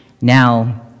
now